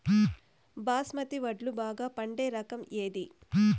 బాస్మతి వడ్లు బాగా పండే రకం ఏది